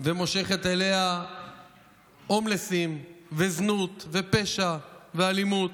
ומושכת אליה הומלסים וזנות ופשע ואלימות,